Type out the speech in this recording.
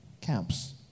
camps